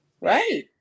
right